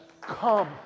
come